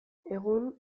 egun